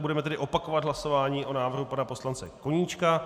Budeme tedy opakovat hlasování o návrhu pana poslance Koníčka.